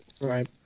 right